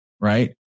right